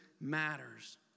matters